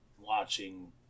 watching